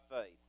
faith